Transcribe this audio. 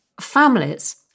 families